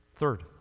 Third